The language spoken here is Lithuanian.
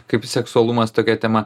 kaip seksualumas tokia tema